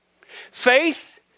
Faith